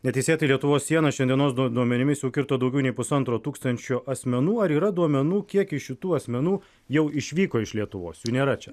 neteisėtai lietuvos sieną šiandienos duo duomenimis jau kirto daugiau nei pusantro tūkstančio asmenų ar yra duomenų kiek iš tų asmenų jau išvyko iš lietuvos jų nėra čia